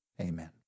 amen